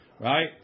Right